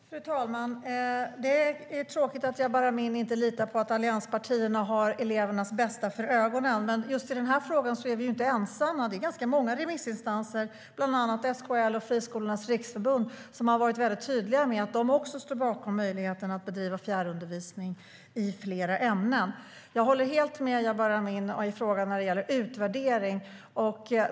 Fru talman! Det är tråkigt att Jabar Amin inte litar på att allianspartierna har elevernas bästa för ögonen, men i just denna fråga är vi inte ensamma. Ganska många remissinstanser, bland annat SKL och Friskolornas Riksförbund, har varit tydliga med att de också står bakom möjligheten att bedriva fjärrundervisning i flera ämnen. Jag håller med Jabar Amin om att utvärdering är viktigt.